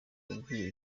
yabwiye